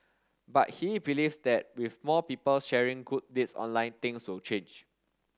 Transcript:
but he believes that with more people sharing good deeds online things will change